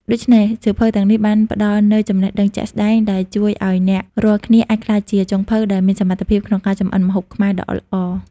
ដូច្នេះ សៀវភៅទាំងនេះបានផ្ដល់នូវចំណេះដឹងជាក់ស្ដែងដែលជួយឲ្យអ្នករាល់គ្នាអាចក្លាយជាចុងភៅដែលមានសមត្ថភាពក្នុងការចម្អិនម្ហូបខ្មែរដ៏ល្អ។